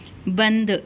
بند